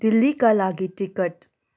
दिल्लीका लागि टिकट